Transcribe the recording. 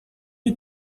you